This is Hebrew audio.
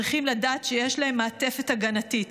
צריכים לדעת שיש להם מעטפת הגנתית,